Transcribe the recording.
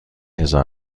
هزار